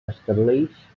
establix